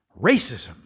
Racism